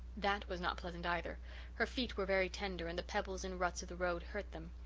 that was not pleasant either her feet were very tender and the pebbles and ruts of the road hurt them.